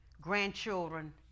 grandchildren